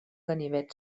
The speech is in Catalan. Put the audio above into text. ganivet